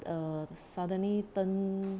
err suddenly turn